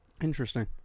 Interesting